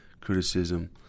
criticism